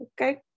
okay